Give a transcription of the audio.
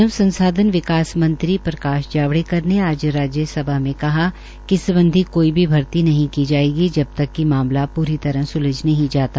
मानव संसाधन विकास मंत्री प्रकाश जावड़ेकर ने आज राज्यसभा में कहा कि इस सम्बधी कोई भी भर्ती नहीं की जायेगी जब तक कि मामला पूरी तरह सुलझ नहीं जाता